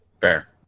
Fair